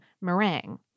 meringue